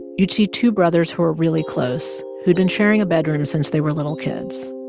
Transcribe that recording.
you'd see two brothers who are really close, who'd been sharing a bedroom since they were little kids.